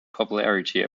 popularity